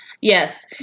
Yes